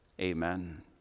Amen